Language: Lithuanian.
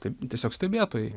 taip tiesiog stebėtojai